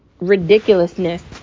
ridiculousness